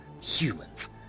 humans